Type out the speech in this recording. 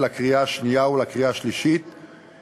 התשע"ד 2014,